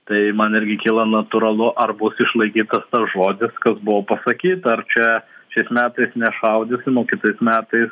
tai man irgi kyla natūralu ar bus išlaikytas tas žodis kas buvo pasakyta ar čia šiais metais nešaudysim o kitais metais